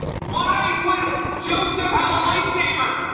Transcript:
why would joseph have a light saber!